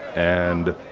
and